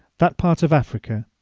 that part of africa,